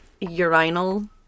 urinal